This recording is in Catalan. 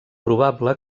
probable